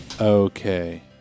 Okay